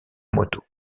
motos